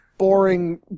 boring